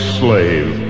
slave